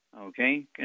okay